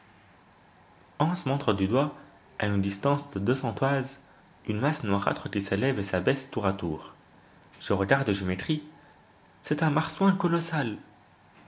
hans montre du doigt à une distance de deux cents toises une masse noirâtre qui s'élève et s'abaisse tour à tour je regarde et je m'écrie c'est un marsouin colossal